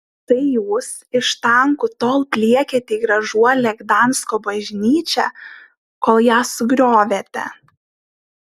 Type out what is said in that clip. tai jūs iš tankų tol pliekėte į gražuolę gdansko bažnyčią kol ją sugriovėte